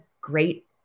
great